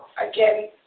again